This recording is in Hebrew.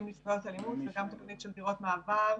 נפגעות אלימות וגם תוכנית של דירות מעבר.